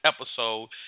episode